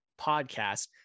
podcast